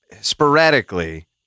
sporadically